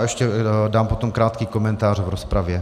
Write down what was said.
Ještě dám potom krátký komentář v rozpravě.